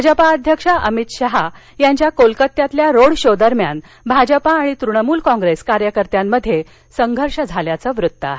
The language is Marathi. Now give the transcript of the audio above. भाजपा अध्यक्ष अमित शहा यांच्या कोलकात्यातील रोड शो दरम्यान भाजपा आणि तृणमूल कॉंग्रेस कार्यकर्त्यात संघर्ष झाल्याचं वृत्त आहे